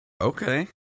Okay